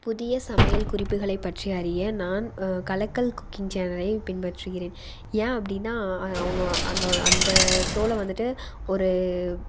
புதிய சமையல் குறிப்புகளை பற்றி அறிய நான் கலக்கல் குக்கிங் சேனலை பின்பற்றுகிறேன் ஏன் அப்படினால் அவங்க அந்த ஷோவில வந்துட்டு ஒரு